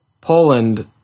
Poland